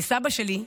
לסבא שלי,